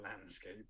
landscape